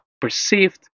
perceived